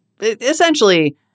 essentially –